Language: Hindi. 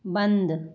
बंद